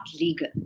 legal